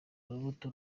urubuto